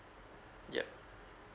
yup